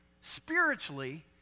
spiritually